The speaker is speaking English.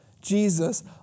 Jesus